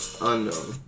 Unknown